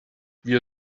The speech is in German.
wir